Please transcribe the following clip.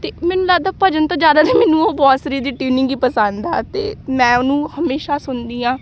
ਅਤੇ ਮੈਨੂੰ ਲੱਗਦਾ ਭਜਨ ਤਾਂ ਜ਼ਿਆਦਾ ਤਾਂ ਮੈਨੂੰ ਉਹ ਬਾਂਸਰੀ ਦੀ ਟਿਊਨਿੰਗ ਹੀ ਪਸੰਦ ਆ ਅਤੇ ਮੈਂ ਉਹਨੂੰ ਹਮੇਸ਼ਾ ਸੁਣਦੀ ਹਾਂ